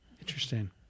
Interesting